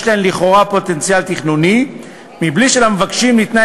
להן לכאורה פוטנציאל תכנוני מבלי שלמבקשים ניתנה